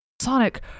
Sonic